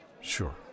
sure